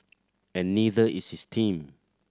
and neither is his team